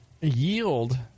yield